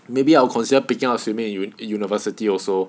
maybe I'll consider picking up swimming in university also